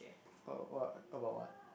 what what talk about what